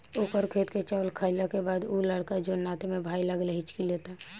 ओकर खेत के चावल खैला के बाद उ लड़का जोन नाते में भाई लागेला हिच्की लेता